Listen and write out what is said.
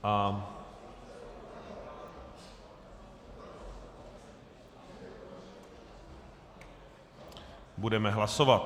A budeme hlasovat.